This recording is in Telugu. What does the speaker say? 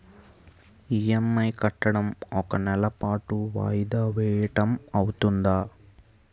ఇ.ఎం.ఐ కట్టడం ఒక నెల పాటు వాయిదా వేయటం అవ్తుందా?